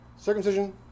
Circumcision